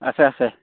আছে আছে